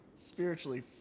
Spiritually